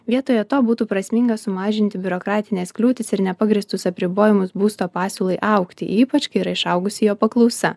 vietoje to būtų prasminga sumažinti biurokratines kliūtis ir nepagrįstus apribojimus būsto pasiūlai augti ypač kai yra išaugusi jo paklausa